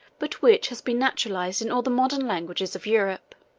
but which has been naturalized in all the modern languages of europe.